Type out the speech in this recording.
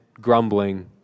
grumbling